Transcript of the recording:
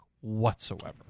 whatsoever